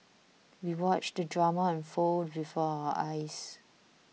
we watched the drama unfold before our eyes